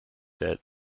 that